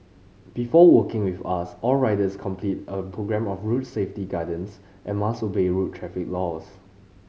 before working with us all riders complete a programme of road safety guidance and must obey road traffic laws